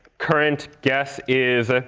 current guess is, ah